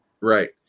right